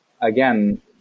again